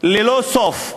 ללא סוף.